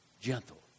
gentle